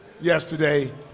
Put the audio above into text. yesterday